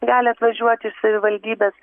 gali atvažiuoti iš savivaldybės